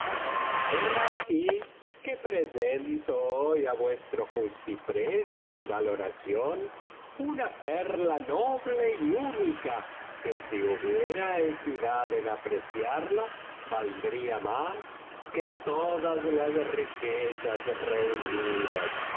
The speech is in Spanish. aquí que presento hoy á vuestro justiprecio y valoración una perla noble y única que si hubiera equidad en apreciarla valdría más que todas las riquezas reunidas